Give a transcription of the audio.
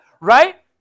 Right